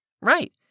Right